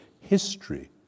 history